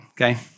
okay